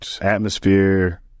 atmosphere